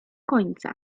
końca